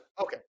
Okay